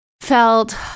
felt